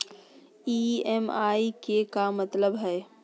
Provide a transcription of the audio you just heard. EMI के का मतलब हई?